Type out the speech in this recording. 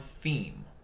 theme